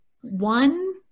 one